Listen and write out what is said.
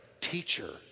teacher